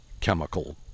chemical